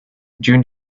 june